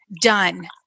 done